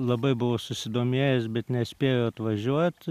labai buvo susidomėjęs bet nespėjo atvažiuot